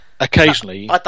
Occasionally